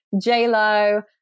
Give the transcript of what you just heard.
J-Lo